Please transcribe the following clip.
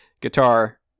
Guitar